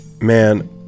man